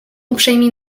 uprzejmi